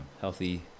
healthy